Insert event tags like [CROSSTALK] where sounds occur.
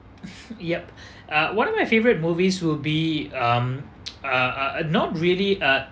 [LAUGHS] yup uh one of my favorite movies will be um [NOISE] uh uh not really uh